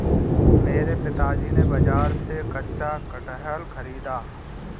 मेरे पिता ने बाजार से कच्चा कटहल खरीदा